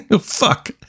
Fuck